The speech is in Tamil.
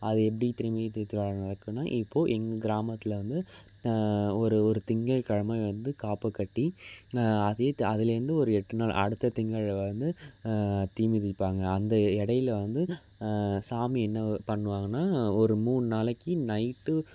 அது எப்படி தீமிதித் திருவிழா நடக்குன்னால் இப்போது எங்கள் கிராமத்தில் வந்து ஒரு ஒரு திங்கள் கிழம வந்து காப்பு கட்டி அதே அதுலேருந்து ஒரு எட்டு நாள் அடுத்த திங்கள் வந்து தீ மிதிப்பாங்க அந்த இடைல வந்து சாமி என்ன பண்ணுவாங்கன்னால் ஒரு மூணு நாளைக்கு நைட்டு